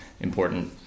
important